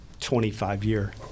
25-year